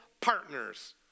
partners